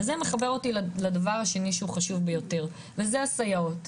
וזה מחבר אותי לדבר השני שהוא חשוב ביותר וזה הסייעות.